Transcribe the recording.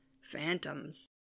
phantoms